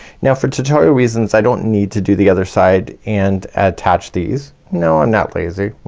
now for tutorial reasons i don't need to do the other side and attach these no, i'm not lazy.